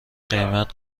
قیمت